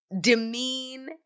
demean